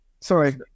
Sorry